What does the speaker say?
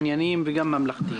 ענייניים וגם ממלכתיים.